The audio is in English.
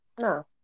No